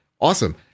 awesome